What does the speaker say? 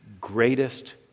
greatest